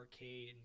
arcade